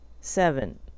Seven